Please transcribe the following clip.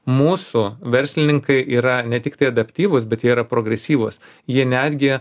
mūsų verslininkai yra ne tiktai adaptyvūs bet jie yra progresyvas jie netgi